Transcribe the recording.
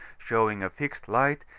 showing a fixed light,